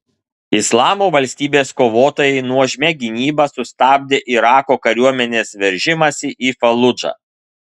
islamo valstybės kovotojai nuožmia gynyba sustabdė irako kariuomenės veržimąsi į faludžą